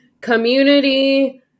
community